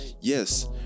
Yes